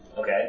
Okay